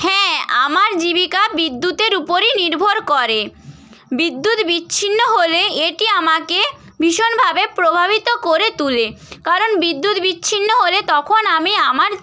হ্যাঁ আমার জীবিকা বিদ্যুতের উপরই নির্ভর করে বিদ্যুৎ বিচ্ছিন্ন হলে এটি আমাকে ভীষণভাবে প্রভাবিত করে তুলে কারণ বিদ্যুৎ বিচ্ছিন্ন হলে তখন আমি আমার